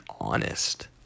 honest